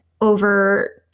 over